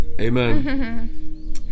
Amen